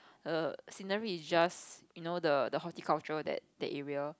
the scenery is just you know the the horticulture that the area